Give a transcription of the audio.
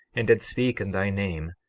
and did speak in thy name,